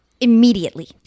immediately